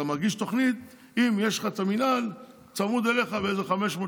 אתה מרגיש תוכנית אם יש לך את המינהל צמוד אליך באיזה 500,